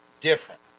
different